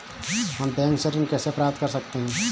हम बैंक से ऋण कैसे प्राप्त कर सकते हैं?